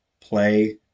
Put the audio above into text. play